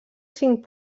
cinc